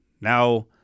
now